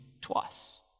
twice